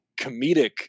comedic